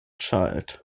child